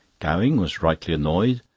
gowing was rightly annoyed,